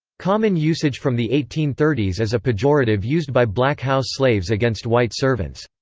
common usage from the eighteen thirty s as a pejorative used by black house slaves against white servants.